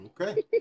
Okay